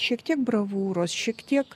šiek tiek bravūros šiek tiek